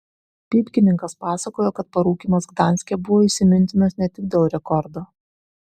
pypkininkas pasakojo kad parūkymas gdanske buvo įsimintinas ne tik dėl rekordo